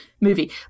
movie